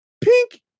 Pink